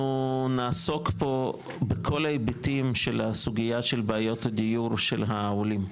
אנחנו נעסוק פה בכל ההיבטים של הסוגייה של בעיות הדיור של העולים,